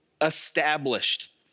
established